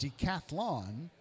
decathlon